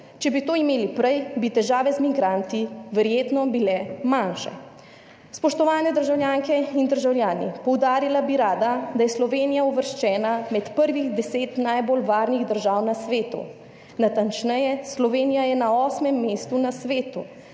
Če bi to imeli prej, bi težave z migranti verjetno bile manjše. Spoštovane državljanke in državljani, poudarila bi rada, da je Slovenija uvrščena med prvih deset najbolj varnih držav na svetu. Natančneje, Slovenija je na 8. mestu na svetu.